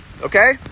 Okay